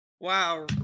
Wow